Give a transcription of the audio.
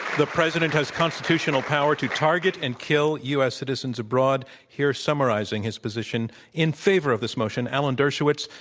the president has constitutional power to target and kill u. s. citizens abroad, here summarizing his position in favor of this motion, alan dershowitz,